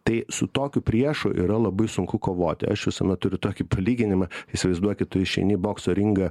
tai su tokiu priešu yra labai sunku kovoti aš visuomet turiu tokį palyginimą įsivaizduokit tu išeini į bokso ringą